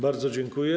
Bardzo dziękuję.